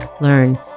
learn